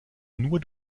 nur